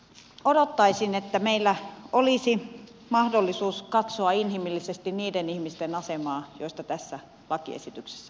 odottaisin että meillä olisi mahdollisuus katsoa inhimillisesti niiden ihmisten asemaa joista tässä lakiesityksessä puhutaan